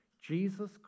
Jesus